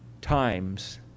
times